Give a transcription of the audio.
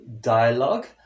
dialogue